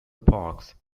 parks